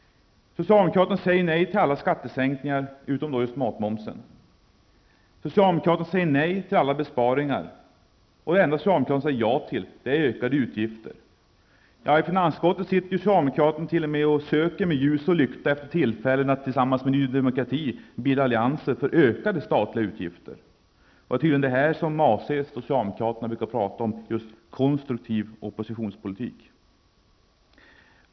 Socialdemokraterna säger nej till alla skattesänkningar utom sänkningen av matmomsen. Socialdemokraterna säger nej till alla besparingar. Det enda socialdemokraterna säger ja till är ökade utgifter. Ja, i finansutskottet söker de med ljus med lykta efter tillfällen att tillsammans med Ny Demokrati bilda allianser för ökade statliga utgifter. Det är tydligen detta som avses av socialdemkraterna då de talar om ''konstruktiv oppositionspolitik''.